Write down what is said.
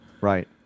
Right